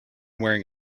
wearing